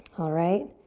alright?